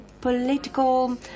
political